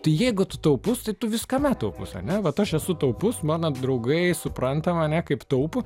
tai jeigu tu taupus tai tu viskame taupus ar ne vat aš esu taupus mano draugai supranta mane kaip taupų